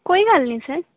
ਕੋਈ ਗੱਲ ਨਹੀਂ ਸਰ